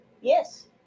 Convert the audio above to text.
Yes